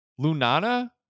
Lunana